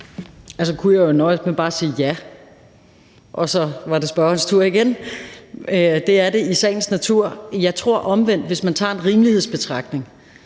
Jeg kunne jo så nøjes med bare at sige ja – og så var det spørgerens tur igen. Det er det i sagens natur. Jeg tror omvendt, hvis man anlægger en rimelighedsbetragtning,